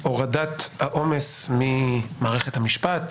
מהורדת העומס ממערכת המשפט,